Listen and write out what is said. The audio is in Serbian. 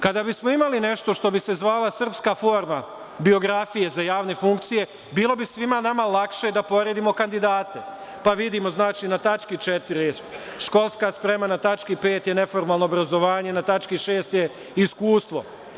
Kada bismo imali nešto što bi se zvala srpska forma biografije za javne funkcije, bilo bi svima nama lakše da poredimo kandidate, pa vidimo na tački 4. školska sprema, na tački 5. je neformalno obrazovanje, na tački 6. je iskustvo.